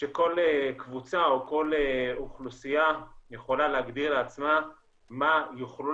שכל קבוצה או כל אוכלוסייה יכולה להגדיר לעצמה מה יוכלו